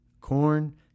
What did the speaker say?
corn